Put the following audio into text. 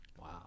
Wow